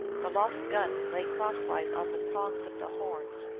the lost gun lay crosswise on the prongs of the horns.